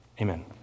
Amen